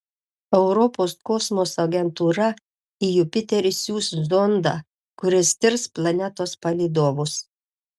europos kosmoso agentūra į jupiterį siųs zondą kuris tirs planetos palydovus